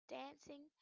dancing